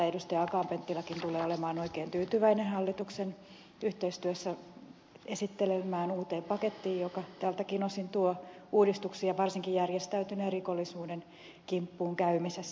akaan penttiläkin tulee olemaan oikein tyytyväinen hallituksen yhteistyössä esittelemään uuteen pakettiin joka tältäkin osin tuo uudistuksia varsinkin järjestäytyneen rikollisuuden kimppuun käymisessä